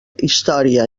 història